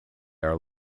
are